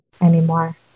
anymore